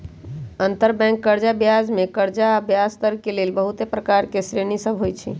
अंतरबैंक कर्जा बजार मे कर्जा आऽ ब्याजदर के लेल बहुते प्रकार के श्रेणि सभ होइ छइ